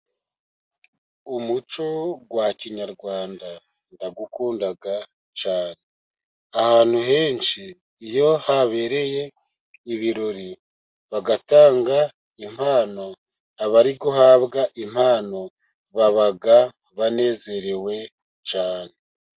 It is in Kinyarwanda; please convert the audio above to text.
Umuco wa kinyarwanda ndawukunda cyane. Ahantu henshi iyo habereye ibirori bagatanga impano, abari guhabwa impano baba banezerewe cyane.